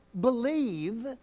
believe